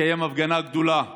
תתקיים הפגנה גדולה כאן,